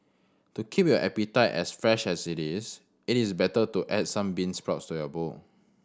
to keep your appetite as fresh as it is it is better to add some bean sprouts to your bowl